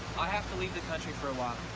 i have to leave the country for a while.